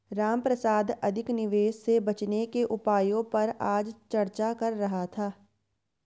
रामप्रसाद अधिक निवेश से बचने के उपायों पर आज चर्चा कर रहा था